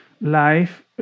life